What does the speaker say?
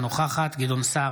אינה נוכחת גדעון סער,